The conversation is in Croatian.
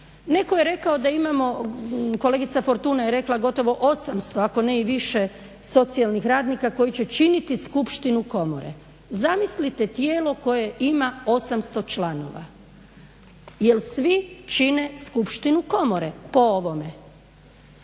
Neko je rekao da imamo, kolegica Fortuna je rekla gotovo 800, ako ne i više socijalnih radnika koji će činiti skupštinu komore. Zamislite tijelo koje ima 800 članova, jer svi čine skupštinu komore po ovome.